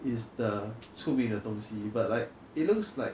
is the 出名的东西 but like it looks like